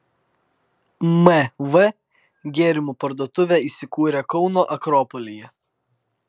mv gėrimų parduotuvė įsikūrė kauno akropolyje